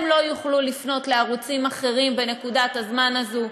הם לא יוכלו לפנות לערוצים אחרים בנקודת הזמן הזאת.